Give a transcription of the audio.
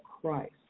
Christ